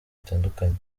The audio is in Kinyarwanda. bitandukanye